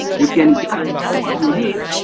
you can what you need,